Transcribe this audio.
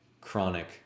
chronic